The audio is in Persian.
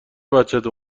بچت